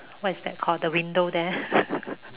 what is that called the window there